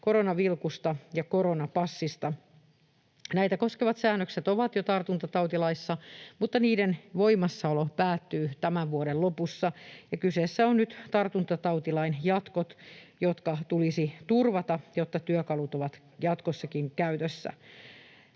Koronavilkusta ja koronapassista. Näitä koskevat säännökset ovat jo tartuntatautilaissa, mutta niiden voimassaolo päättyy tämän vuoden lopussa, ja kyseessä ovat nyt tartuntatautilain jatkot, jotka tulisi turvata, jotta työkalut ovat jatkossakin käytössä.